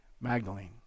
Magdalene